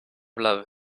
love